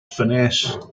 finesse